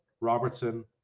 robertson